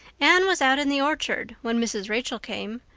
anne was out in the orchard when mrs. rachel came,